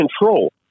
control